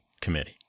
committee